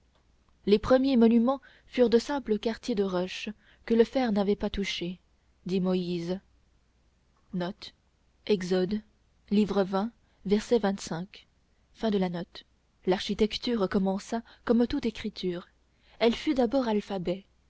les premiers monuments furent de simples quartiers de roche que le fer n'avait pas touchés dit moïse l'architecture commença comme toute écriture elle fut d'abord alphabet